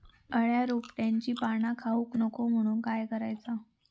अळ्या रोपट्यांची पाना खाऊक नको म्हणून काय करायचा?